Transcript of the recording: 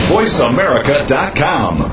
VoiceAmerica.com